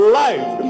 life